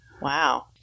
Wow